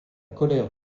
colère